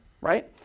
right